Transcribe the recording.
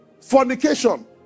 fornication